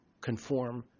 conform